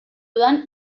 dudan